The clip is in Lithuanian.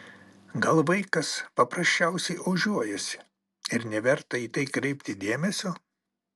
gal vaikas paprasčiausiai ožiuojasi ir neverta į tai kreipti dėmesio